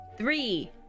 Three